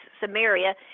Samaria